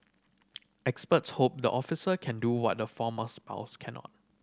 experts hope the officer can do what the former spouse cannot